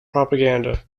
propaganda